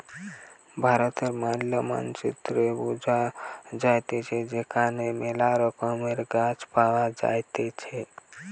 ভারতের ম্যালা মানচিত্রে বুঝা যাইতেছে এখানে মেলা রকমের গাছ পাওয়া যাইতেছে